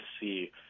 see